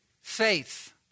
faith